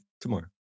tomorrow